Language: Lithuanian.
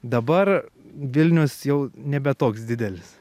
dabar vilnius jau nebe toks didelis